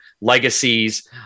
legacies